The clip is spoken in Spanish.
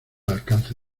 alcance